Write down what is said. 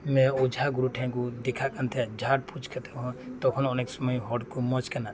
ᱱᱮ ᱚᱡᱷᱟ ᱜᱩᱨᱩ ᱴᱷᱮᱱ ᱠᱚ ᱫᱮᱠᱷᱟᱜ ᱠᱟᱱ ᱛᱟᱦᱮᱸ ᱡᱷᱟᱲ ᱯᱷᱩᱠ ᱠᱟᱛᱮᱫ ᱦᱚᱸ ᱛᱚᱠᱷᱚᱱ ᱚᱱᱮᱠ ᱥᱩᱢᱟᱹᱭ ᱦᱚᱲ ᱠᱚ ᱢᱚᱡᱽ ᱟᱠᱟᱱᱟ